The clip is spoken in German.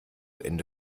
ende